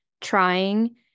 trying